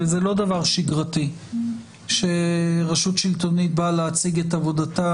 וזה לא דבר שגרתי שרשות שלטונית באה להציג את עבודתה